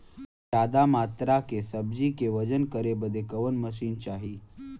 ज्यादा मात्रा के सब्जी के वजन करे बदे कवन मशीन चाही?